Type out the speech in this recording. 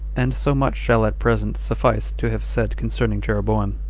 and so much shall at present suffice to have said concerning jeroboam.